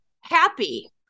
happy